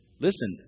Listen